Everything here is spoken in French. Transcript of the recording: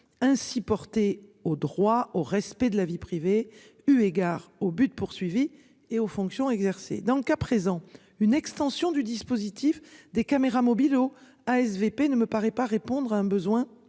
ainsi portée au droit au respect de la vie privée, eu égard aux buts poursuivis et aux fonctions exercées dans le cas présent une extension du dispositif des caméras mobiles au ASVP ne me paraît pas répondre à un besoin impérieux